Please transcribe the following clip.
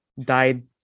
died